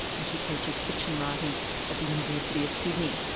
and she teaches fiction writing at the university of sydney.